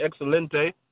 excelente